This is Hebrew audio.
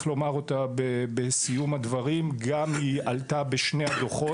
לומר אותה בסיום הדברים וגם עלתה בשני הדוחות.